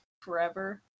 forever